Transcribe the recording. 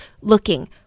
looking